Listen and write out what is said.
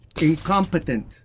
Incompetent